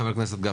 חבר הכנסת גפני,